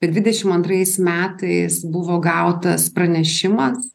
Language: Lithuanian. dvidešim antrais metais buvo gautas pranešimas